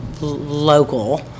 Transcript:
local